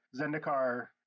Zendikar